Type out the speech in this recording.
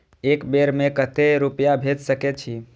एक बार में केते रूपया भेज सके छी?